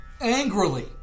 Angrily